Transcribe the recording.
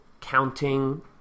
counting